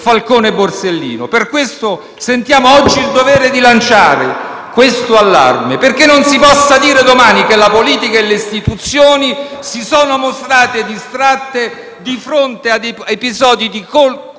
Falcone e Borsellino. Per questo sentiamo oggi il dovere di lanciare questo allarme, perché non si possa dire domani che la politica e le istituzioni si sono mostrate distratte di fronte a episodi di